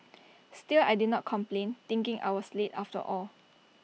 still I did not complain thinking I was late after all